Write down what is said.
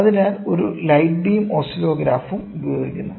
അതിനാൽ ഒരു light beam ഓസിലോഗ്രാഫും ഉപയോഗിക്കുന്നു